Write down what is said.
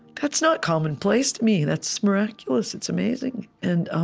that's not commonplace to me. that's miraculous. it's amazing. and